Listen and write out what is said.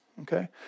okay